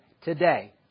today